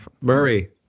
Murray